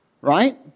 right